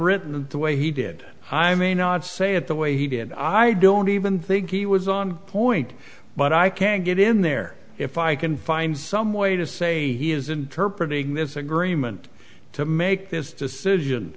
written the way he did i may not say it the way he did i don't even think he was on point but i can get in there if i can find some way to say he has interpretating this agreement to make this decision